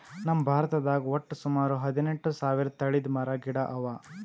ನಮ್ ಭಾರತದಾಗ್ ವಟ್ಟ್ ಸುಮಾರ ಹದಿನೆಂಟು ಸಾವಿರ್ ತಳಿದ್ ಮರ ಗಿಡ ಅವಾ